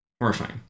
horrifying